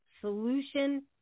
Solution